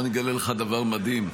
אני אגלה לך דבר מדהים: